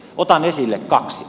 otan esille kaksi